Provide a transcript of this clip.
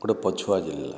ଗୋଟେ ପଛୁଆ ଜିଲ୍ଲା